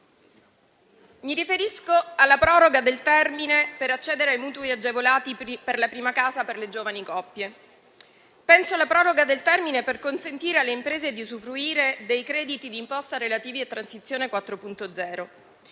mi riferisco alla proroga del termine per accedere ai mutui agevolati per la prima casa per le giovani coppie; alla proroga del termine per consentire alle imprese di usufruire dei crediti d'imposta relativi a transizione 4.0;